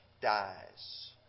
dies